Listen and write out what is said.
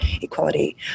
equality